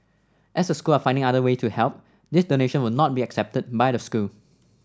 as the school are finding other way to help these donation would not be accepted by the school